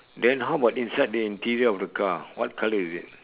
then how about inside the interior of the car what colour is it